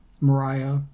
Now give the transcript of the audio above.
Mariah